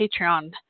Patreon